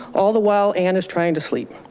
all the while anne is trying to sleep,